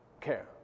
care